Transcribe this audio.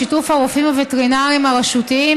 בשיתוף הרופאים הווטרינריים הרשותיים,